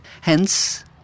Hence